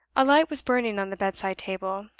a light was burning on the bedside table,